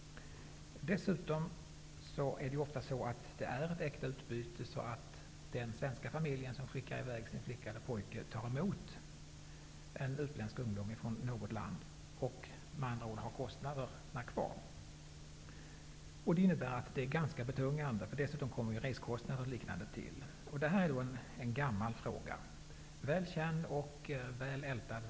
Dessutom är det ofta ett äkta utbyte, så att den svenska familj som skickar i väg sin flicka eller pojke tar emot en utländsk ungdom från något annat land. Alltså har man kostnaderna kvar. Det innebär att det är ganska betungande. Härtill kommer dessutom resekostnader och liknande. Detta är en gammal fråga, väl känd, ältad och diskuterad.